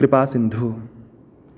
कृपासिन्धू